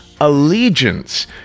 Allegiance